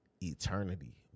eternity